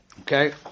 Okay